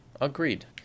Agreed